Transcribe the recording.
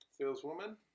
saleswoman